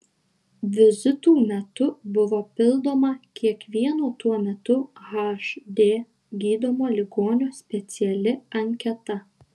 vizitų metu buvo pildoma kiekvieno tuo metu hd gydomo ligonio speciali anketa